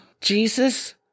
Jesus